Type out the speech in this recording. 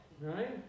right